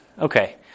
Okay